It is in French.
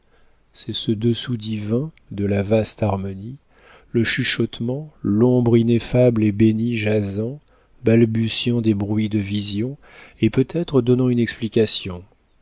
c'est ce dessous divin de la vaste harmonie le chuchotement l'ombre ineffable et bénie jasant balbutiant des bruits de vision et peut-être donnant une explication